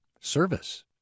Service